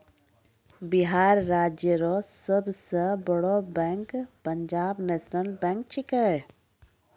बिहार राज्य रो सब से बड़ो बैंक पंजाब नेशनल बैंक छैकै